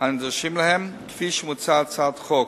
הנדרשים להם, כפי שמוצע בהצעת החוק.